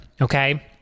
okay